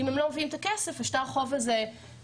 ואם הם לא מביאים את הכסף שטר החוב הזה מופקד.